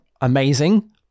amazing